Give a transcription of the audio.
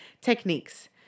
Techniques